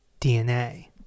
DNA